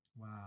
Wow